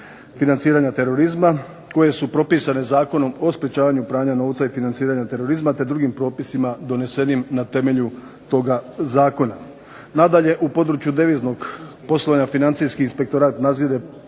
financiranja terorizma, koje su propisane Zakonom o sprječavanju pranja novca i financiranja terorizma, te drugim propisima donesenim na temelju toga zakona. Nadalje, u području deviznog poslovanja financijski inspektorat nadzire